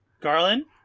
Garland